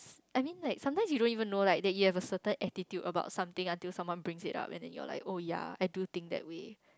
I mean like sometime you don't even know like that you have a certain attitude about something until someone brings it up and then you're like oh ya I do think that way